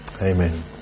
Amen